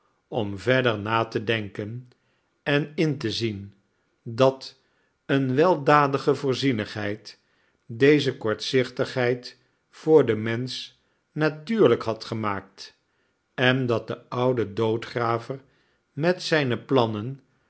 om verder na te denken en in te zien dat eene weldadige voorzienigheid deze kortzichtigheid voor den mensch natuurlijk had gemaakt en dat de oude doodgraver met zijne plannen